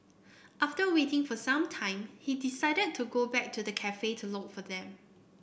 after waiting for some time he decided to go back to the cafe to look for them